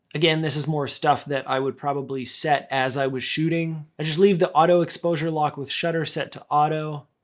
again, this is more stuff that i would probably set as i was shooting. i just leave the auto exposure lock with shutter set to auto.